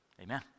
amen